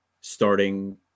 starting